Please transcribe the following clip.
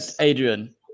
Adrian